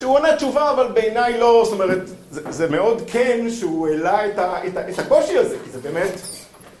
שהוא ענה תשובה, אבל בעיניי לא, זאת אומרת, זה מאוד כן שהוא העלה את הקושי הזה, כי זה באמת...